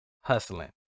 hustling